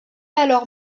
alors